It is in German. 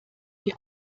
die